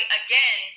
again